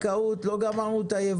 החקיקה